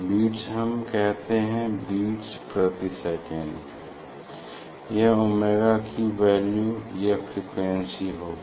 bits हम कहते है बिट्स प्रति सेकंड यह ओमेगा की वैल्यू या फ्रीक्वेंसी होगी